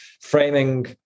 framing